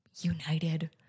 united